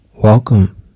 Welcome